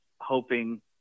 hoping